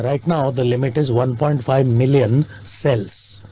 like now the limit is one point five million cells,